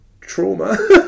trauma